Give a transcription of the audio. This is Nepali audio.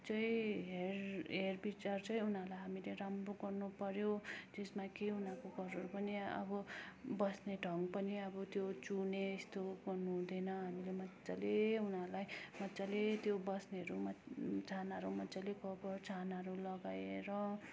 चाहिँ हेर हेरविचार चाहिँ उनीहरूलाई हामीले राम्रो गर्नुपर्यो त्यसमा के उनीहरूको घरहरू पनि अब बस्ने ढङ्ग पनि अब त्यो चुहुने यस्तो उ गर्नुहुँदैन हामीले मजाले उनीहरूलाई मजाले त्यो बस्नेहरू मज् छानाहरू मजाले गोबर छानाहरू लगाएर